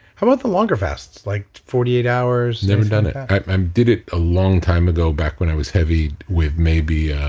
how about the longer fasts, like forty eight hours? never done it. i did it a long time ago back when i was heavy with maybe,